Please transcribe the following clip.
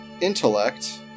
intellect